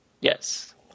Yes